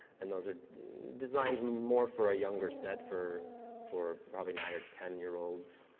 and those are designed more for ah younger set, for for probably nine or ten year olds.